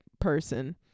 person